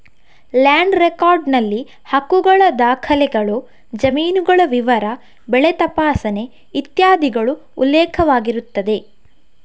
land record ನಲ್ಲಿ ಹಕ್ಕುಗಳ ದಾಖಲೆಗಳು, ಜಮೀನುಗಳ ವಿವರ, ಬೆಳೆ ತಪಾಸಣೆ ಇತ್ಯಾದಿಗಳು ಉಲ್ಲೇಖವಾಗಿರುತ್ತದೆ